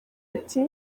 ati